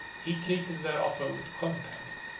he treated their offer with contempt,